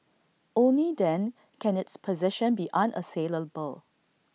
only then can its position be unassailable